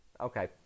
okay